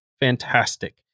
fantastic